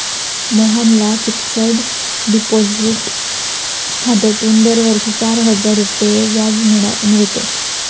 मोहनला fixed deposit खात्यातून दरवर्षी चार हजार रुपये व्याज मिळते